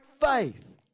faith